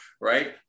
right